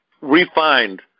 refined